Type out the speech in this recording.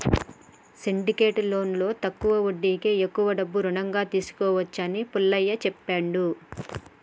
syndicate లోన్లో తక్కువ వడ్డీకే ఎక్కువ డబ్బు రుణంగా తీసుకోవచ్చు అని పుల్లయ్య చెప్పిండు